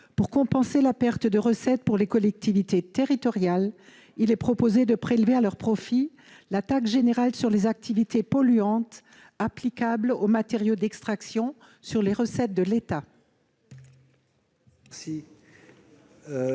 Pour compenser la perte de recettes pour les collectivités territoriales, il est proposé de prélever à leur profit la taxe générale sur les activités polluantes, applicable aux matériaux d'extraction sur les recettes de l'État. La